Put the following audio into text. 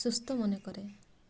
ସୁସ୍ଥ ମନେକରେ